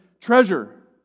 treasure